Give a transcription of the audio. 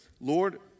Lord